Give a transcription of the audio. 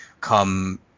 come